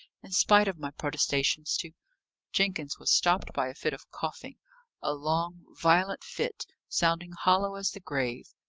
in spite of my protestations to jenkins was stopped by a fit of coughing a long, violent fit, sounding hollow as the grave.